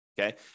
okay